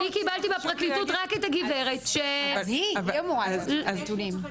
אני קיבלתי בפרקליטות רק את הגברת ש- אבל היא אמורה להביא את הנתונים,